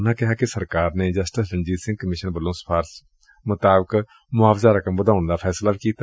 ਉਨਾਂ ਕਿਹਾ ਕਿ ਸਰਕਾਰ ਨੇ ਜਸਟਿਸ ਰਣਜੀਤ ਸਿੰਘ ਕਮਿਸ਼ਨ ਵੱਲੋਂ ਕੀਤੀ ਸਿਫਾਰਸ਼ ਮੁਤਾਬਕ ਮੁਆਵਜ਼ਾ ਰਕਮ ਵਧਾਉਣ ਦਾ ਫੈਸਲਾ ਲਿਐ